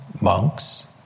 monks